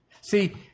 See